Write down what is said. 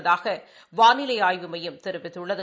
உள்ளதாகவானிலைஅய்வு மையம் தெரிவித்துள்ளது